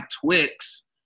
Twix